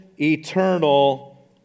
eternal